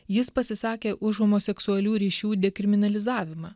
jis pasisakė už homoseksualių ryšių dekriminalizavimą